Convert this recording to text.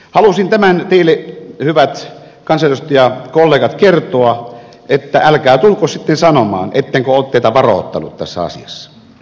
halusin tämän teille hyvät kansanedustajakollegat kertoa niin että älkää tulko sitten sanomaan ettenkö ole teitä varoittanut tässä asiassa